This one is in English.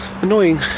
annoying